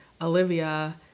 Olivia